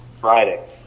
Friday